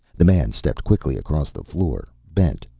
the man stepped quickly across the floor, bent,